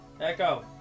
Echo